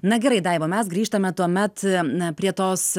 na gerai daiva mes grįžtame tuomet na prie tos